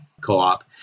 co-op